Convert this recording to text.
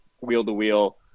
wheel-to-wheel